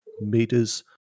meters